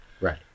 Right